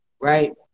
right